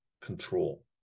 control